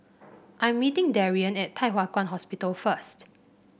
I am meeting Darion at Thye Hua Kwan Hospital first